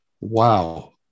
wow